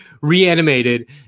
reanimated